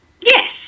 yes